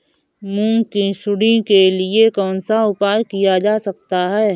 मूंग की सुंडी के लिए कौन सा उपाय किया जा सकता है?